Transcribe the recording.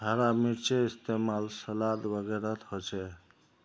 हरा मिर्चै इस्तेमाल सलाद वगैरहत होचे